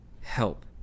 help